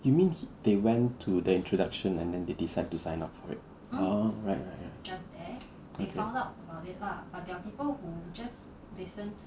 you mean he they went to the introduction and then they decide to sign up for it oh right right okay